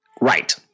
Right